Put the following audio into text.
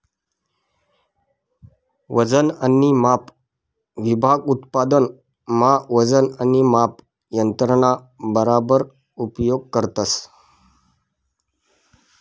वजन आणि माप विभाग उत्पादन मा वजन आणि माप यंत्रणा बराबर उपयोग करतस